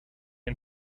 and